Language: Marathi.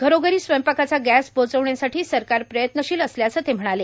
घरोघरी स्वयंपाकाचा गॅस पोहोचविण्यासाठी सरकार प्रयत्नशील असल्याचं ते म्हणाले